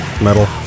metal